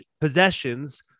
possessions